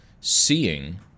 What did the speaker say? seeing